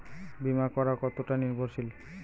বীমা করা কতোটা নির্ভরশীল?